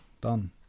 Done